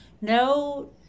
no